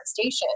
station